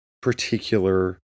particular